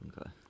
Okay